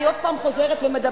אני עוד פעם חוזרת ומדברת,